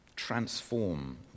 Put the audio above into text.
Transform